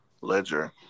ledger